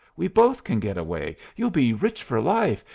we both can get away. you'll be rich for life.